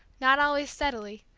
not always steadily,